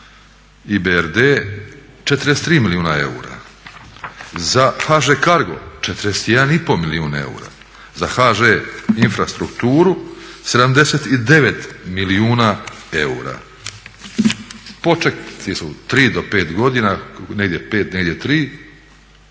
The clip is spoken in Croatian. IBRD 43 milijuna eura, za HŽ Cargo 41 i pol milijun eura, za HŽ Infrastrukturu 79 milijuna eura. Počeci su tri do pet godina, negdje pet negdje tri,